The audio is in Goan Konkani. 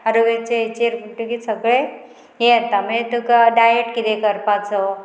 आरोग्याचे हेचेर म्हणटगीर सगळें हें येता मागीर तुका डायट किदें करपाचो